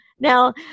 Now